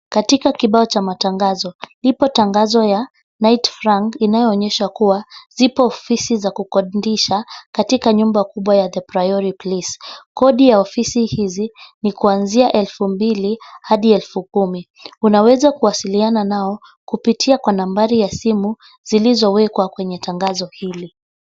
Katika kibao cha matangazo ipo tangazo ya Knight Frank inayoonyesha kuwa zipo ofisi za kukodisha katika nyumba kubwa ya The Priory Place. Kodi ya ofisi hizi ni kuanzia 2,000-10,000. Unaweza kuwasiliana nao kupitia kwa nambari ya simu zilizowekwa kwenye tangazo hilo.